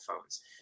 phones